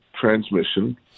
transmission